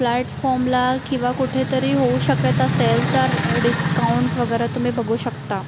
प्लॅटफॉर्मला किंवा कुठेतरी होऊ शकत असेल तर डिस्काउंट वगैरे तुम्ही बघू शकता